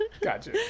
Gotcha